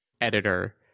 editor